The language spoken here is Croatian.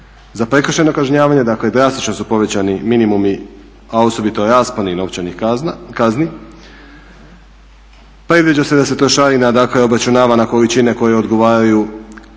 za prekršajna kažnjavanja, dakle drastično su povećani minimumi, a osobito rasponi novčanih kazni. Predviđa se da se trošarina dakle obračunava na količine koje odgovaraju